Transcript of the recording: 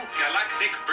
galactic